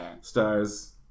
Stars